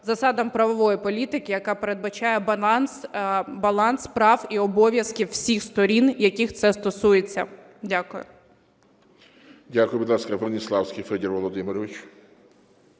засадам правової політики, яка передбачає баланс прав і обов'язків всіх сторін, яких це стосується. Дякую. ГОЛОВУЮЧИЙ. Дякую. Будь ласка, Веніславський Федір Володимирович.